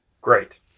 Great